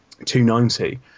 290